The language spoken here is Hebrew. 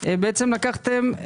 בעצם לקחתם,